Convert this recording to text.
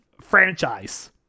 franchise